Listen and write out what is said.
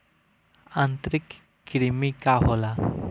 आंतरिक कृमि का होला?